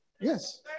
Yes